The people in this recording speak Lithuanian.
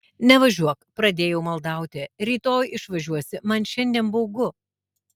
nevažiuok pradėjau maldauti rytoj išvažiuosi man šiandien baugu